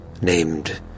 Named